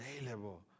available